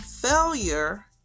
Failure